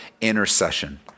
intercession